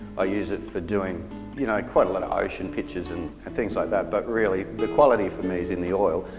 ah use them for doing you know quite a lot of ocean pictures and and things like that, but really the quality for me is in the oil.